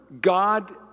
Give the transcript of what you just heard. God